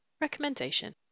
Recommendation